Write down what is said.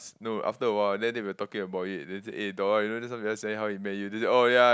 no after awhile then they were talking about it eh Dora you know just now we ask him how he met you then she oh ya